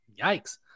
Yikes